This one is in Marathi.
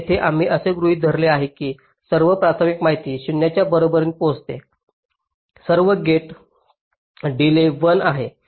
तर येथे आम्ही असे गृहित धरले की सर्व प्राथमिक माहिती 0 च्या बरोबरीने पोहोचते सर्व गेट डिलेज 1 आहेत